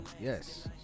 yes